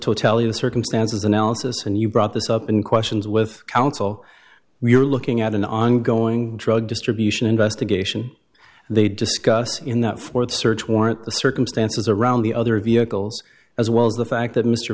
totality of circumstances analysis and you brought this up in questions with counsel we're looking at an ongoing drug distribution investigation they discuss in that fourth search warrant the circumstances around the other vehicles as well as the fact that mr